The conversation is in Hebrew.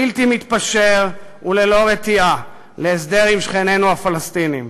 בלתי מתפשר וללא רתיעה, להסדר עם שכננו הפלסטינים.